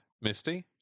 Misty